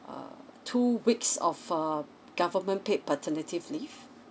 uh two weeks of err government paid paternity leave